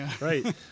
right